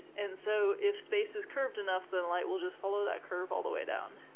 and so if space is curved enough, then light will just follow that curve all the way down.